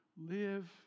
Live